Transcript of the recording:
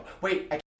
wait